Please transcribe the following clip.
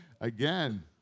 again